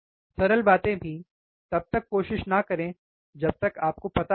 सरल बातें भी तब तक कोशिश न करें जब तक आपको पता न हो